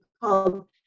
called